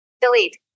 Delete